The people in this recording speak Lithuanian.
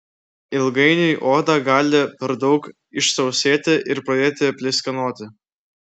ilgainiui oda gali per daug išsausėti ir pradėti pleiskanoti